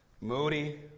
moody